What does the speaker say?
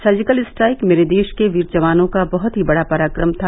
surgical strike मेरे देश के वीर जवानों का बहुत ही बड़ा पराक्रम था